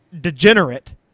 degenerate